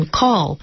call